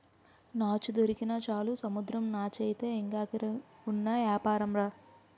నాచు దొరికినా చాలు సముద్రం నాచయితే ఇంగా గిరాకీ ఉన్న యాపారంరా